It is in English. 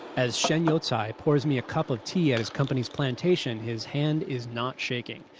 as shen youcai pours me a cup of tea at his company's plantation, his hand is not shaking.